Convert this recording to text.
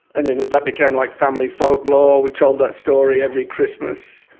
and that became like family folklore we told that story every christmas.